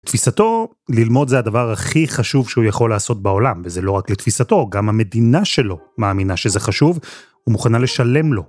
תפיסתו ללמוד זה הדבר הכי חשוב שהוא יכול לעשות בעולם, וזה לא רק לתפיסתו גם המדינה שלו מאמינה שזה חשוב היא מוכנה לשלם לו.